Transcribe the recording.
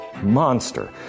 monster